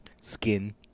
Skin